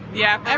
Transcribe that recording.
yeah.